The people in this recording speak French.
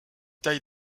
taille